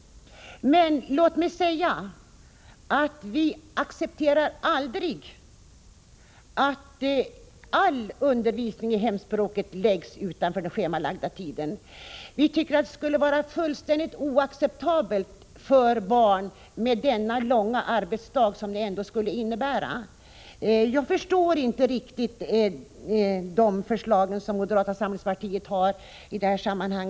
Men vi accepterar aldrig att all undervisning i hemspråket läggs utanför schemabunden tid. Det är fullständigt oacceptabelt med en så lång arbetsdag för barnen som det skulle innebära. Jag förstår inte riktigt hur moderata samlingspartiet kan lägga fram sådana förslag som partiet har gjort i detta sammanhang.